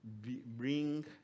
bring